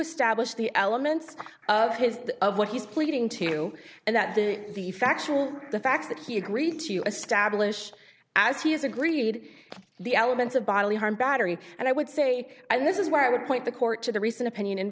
establish the elements of his of what he's pleading to and that to be factual the fact that he agreed to establish as he has agreed the elements of bodily harm battery and i would say and this is where i would point the court to the recent opinion in